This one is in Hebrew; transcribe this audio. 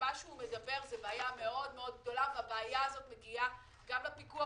שמה שהוא אומר זו בעיה מאוד מאוד גדולה והבעיה הזאת מגיעה גם לפיקוח,